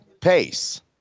pace